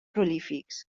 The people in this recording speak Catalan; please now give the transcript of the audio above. prolífics